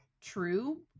true